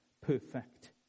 perfect